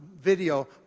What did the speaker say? video